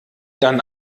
dann